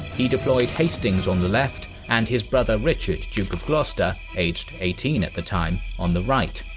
he deployed hastings on the left and his brother richard, duke of gloucester, aged eighteen at the time, on the right,